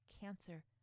Cancer